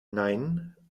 nein